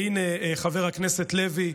הינה, חבר הכנסת לוי,